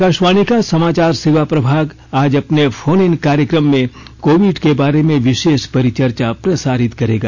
आकाशवाणी का समाचार सेवा प्रभाग आज अपने फोन इन कार्यक्रम में कोविड के बारे में विशेष परिचर्चा प्रसारित करेगा